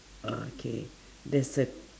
okay there's a